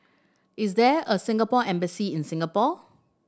is there a Singapore Embassy in Singapore